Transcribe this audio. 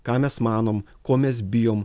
ką mes manom ko mes bijom